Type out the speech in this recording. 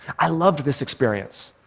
i loved this experience,